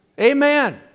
Amen